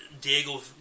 Diego